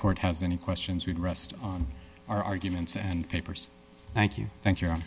court has any questions would rest on our arguments and papers thank you thank you